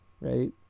Right